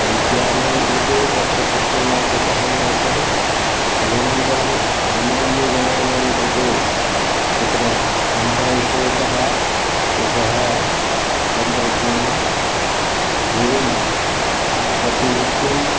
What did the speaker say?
वैद्यानां कृते तत्र प्रश्नवाचकः एषः तदनन्तरं सामान्यजनानां कृते तत्र चिन्ताविषयकः एषः तन्त्रज्ञानम् एवं प्रतिनित्यम्